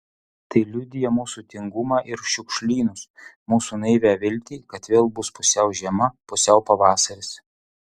tai liudija mūsų tingumą ir šiukšlynus mūsų naivią viltį kad vėl bus pusiau žiema pusiau pavasaris